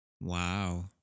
Wow